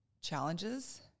challenges